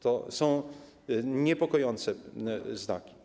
To są niepokojące znaki.